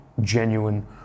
genuine